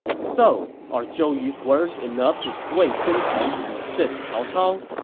so are zhou yu's words enough to sway sun quan to resist cao cao?